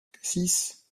six